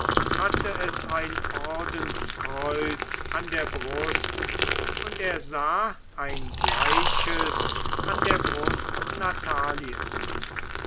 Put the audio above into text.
hatte es ein ordenskreuz an der brust und er sah ein gleiches an der brust nataliens